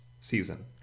season